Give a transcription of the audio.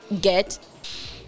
get